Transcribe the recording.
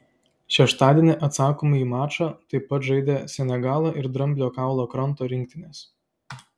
šeštadienį atsakomąjį mačą taip pat žaidė senegalo ir dramblio kaulo kranto rinktinės